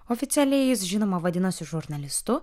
oficialiai jis žinoma vadinasi žurnalistu